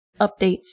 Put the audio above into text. updates